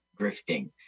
grifting